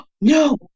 no